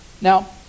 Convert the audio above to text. Now